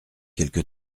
quelque